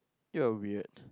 you are weird